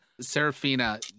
Serafina